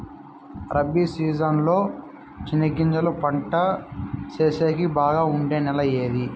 Rabi season లో చెనగగింజలు పంట సేసేకి బాగా ఉండే నెల ఏది?